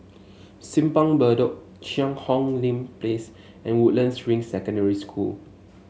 Simpang Bedok Cheang Hong Lim Place and Woodlands Ring Secondary School